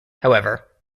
however